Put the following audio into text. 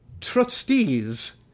trustees